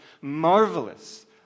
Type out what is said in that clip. Marvelous